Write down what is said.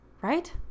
Right